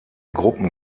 gruppen